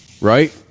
right